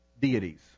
deities